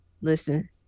Listen